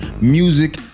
music